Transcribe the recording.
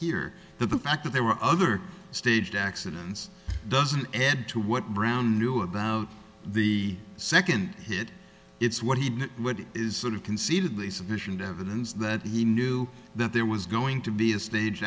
here but the fact that there were other staged accidents doesn't add to what brown knew about the second hit it's what he what it is sort of conceivably sufficient evidence that he knew that there was going to be a stage